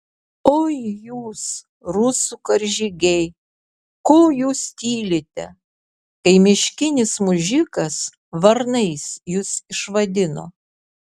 oi jūs rusų karžygiai ko jūs tylite kai miškinis mužikas varnais jus išvadino